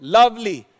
lovely